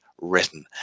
written